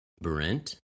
Brent